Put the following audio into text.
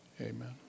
amen